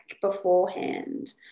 beforehand